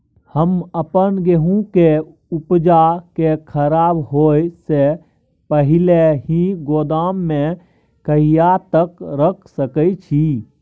हम अपन गेहूं के उपजा के खराब होय से पहिले ही गोदाम में कहिया तक रख सके छी?